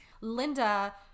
Linda